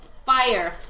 Fire